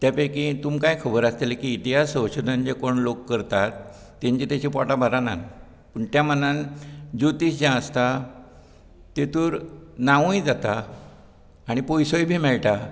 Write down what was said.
त्या पैकी तुमकांय खबर आसतले की इतिहास संशोधन जे लोक कोण करता तेंचे तशें पोटां भरनात पुण त्या मनान ज्योतीश जे आसतात तेतूर नांवूय जाता आनी पयसोय बीन मेळटा